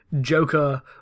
joker